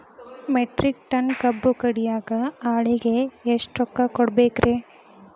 Metric tonne ಕಬ್ಬು ಕಡಿಯಾಕ ಆಳಿಗೆ ಎಷ್ಟ ರೊಕ್ಕ ಕೊಡಬೇಕ್ರೇ?